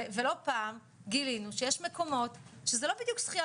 ולא פעם גילינו שיש מקומות שזו לא בדיוק שחייה